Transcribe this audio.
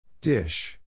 Dish